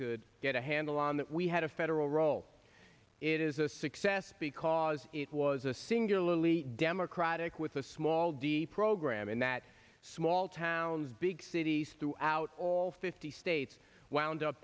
could get a handle on that we had a federal role it is a success because it was a singularly democratic with a small d program and that small towns big cities throughout all fifty states wound up